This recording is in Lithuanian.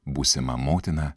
būsima motina